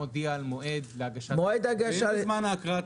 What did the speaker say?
אם בזמן ההקראה,